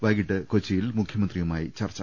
വൈകിട്ട് കൊച്ചിയിൽ മുഖ്യ മന്ത്രിയുമായി ചർച്ചു